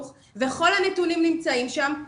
את אלה שנמצאים בנסיבות שאין להם בית